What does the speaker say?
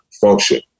function